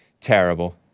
Terrible